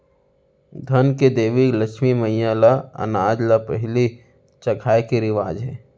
धन के देवी लक्छमी मईला ल अनाज ल पहिली चघाए के रिवाज हे